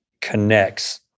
connects